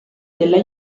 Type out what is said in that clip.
della